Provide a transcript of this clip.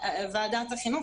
ועדת החינוך,